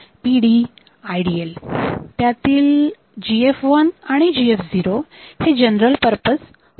त्यातील GF1 आणि GF0 हे जनरल पर्पज फ्लॅग बिट्स आहेत